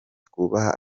twubaha